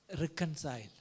reconcile